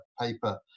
paper